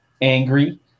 angry